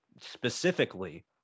specifically